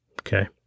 Okay